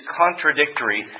contradictory